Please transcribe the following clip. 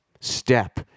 step